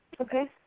Okay